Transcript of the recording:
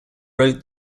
wrote